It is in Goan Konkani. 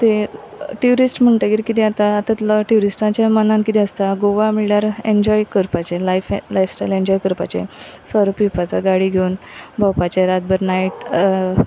ते ट्युरिस्ट म्हणटगीर कितें जाता आतां ट्युरिस्टाच्या मनान कितें आसता गोवा म्हळ्यार एन्जॉय करपाचे लायफ लायफस्टायल एन्जॉय करपाचे सोरो पिवपाचो गाडी घेवन भोंवपाचे रातभर नायट